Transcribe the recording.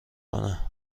کنه